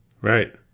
right